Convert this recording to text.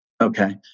Okay